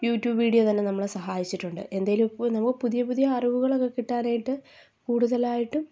YouTube video തന്നെ നമ്മളെ സഹായിച്ചിട്ടുണ്ട് എന്തേലും ഇപ്പോൾ നമ്മൾ പുതിയ പുതിയ അറിവുകളൊക്കെ കിട്ടാനായിട്ട് കൂടുതലായിട്ടും